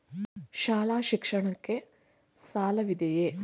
ಶಾಲಾ ಶಿಕ್ಷಣಕ್ಕೆ ಸಾಲವಿದೆಯೇ?